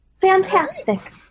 Fantastic